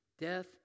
Death